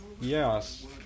Yes